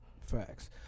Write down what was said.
Facts